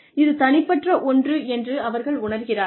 இது தனிப்பட்ட ஒன்று என அவர்கள் உணர்கிறார்கள்